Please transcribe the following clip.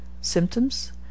Symptoms